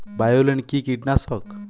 বায়োলিন কি কীটনাশক?